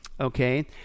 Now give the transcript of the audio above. okay